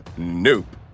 Nope